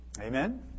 Amen